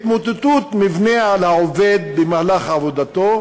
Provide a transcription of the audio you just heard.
התמוטטות מבנה על העובד במהלך עבודתו,